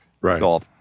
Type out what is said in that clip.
Right